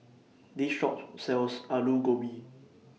This Shop sells Aloo Gobi